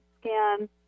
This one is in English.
scan